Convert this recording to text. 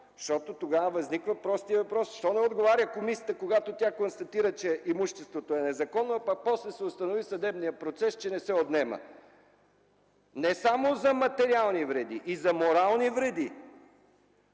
Защото тогава възниква простият въпрос: защо не отговаря комисията, когато тя констатира, че имуществото е незаконно, а после се установи в съдебния процес, че не се отнема? Не само за материални вреди, и за морални вреди!